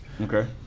Okay